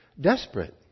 desperate